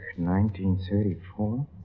1934